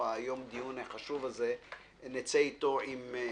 הדיון החשוב הזה היום נצא עם אמירה,